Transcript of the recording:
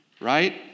right